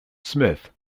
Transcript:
smith